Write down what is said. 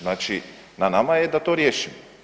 Znači, na nama je da to riješimo.